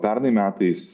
pernai metais